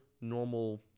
normal